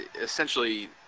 essentially